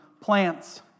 plants